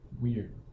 weird